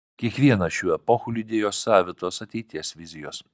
kiekvieną šių epochų lydėjo savitos ateities vizijos